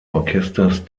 orchesters